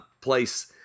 place